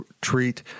treat